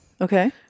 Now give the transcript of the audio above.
Okay